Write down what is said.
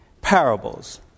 Parables